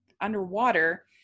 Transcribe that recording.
underwater